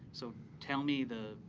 so tell me the